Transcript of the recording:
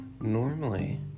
normally